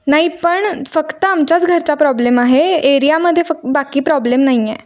नाही पण फक्त आमच्याच घरचा प्रॉब्लेम आहे एरियामध्ये फक्त बाकी प्रॉब्लेम नाही आहे